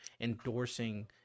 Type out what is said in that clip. endorsing